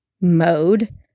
mode